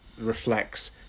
reflects